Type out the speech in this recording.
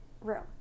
room